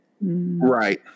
Right